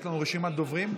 יש לנו רשימת דוברים.